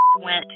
went